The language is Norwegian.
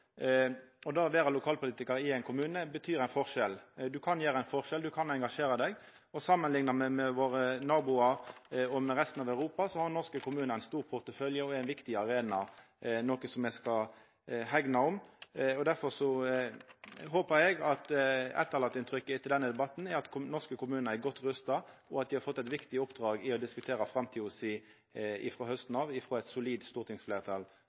lokalpolitikar i ein kommune betyr ein forskjell. Ein kan gjera ein forskjell. Ein kan engasjera seg. Samanliknar me oss med naboane våre og med resten av Europa, har norske kommunar ein stor portefølje og er ein viktig arena, noko som me skal hegna om. Derfor håpar eg at det inntrykket som denne debatten etterlèt seg, er at norske kommunar er godt rusta, og at dei frå hausten av har fått eit viktig oppdrag frå eit solid stortingsfleirtal: å diskutera